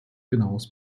genaues